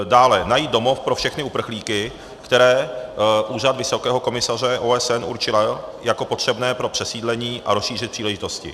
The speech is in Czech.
Dále, najít domov pro všechny uprchlíky, které Úřad vysokého komisaře OSN určil jako potřebné pro přesídlení a rozšířit příležitosti.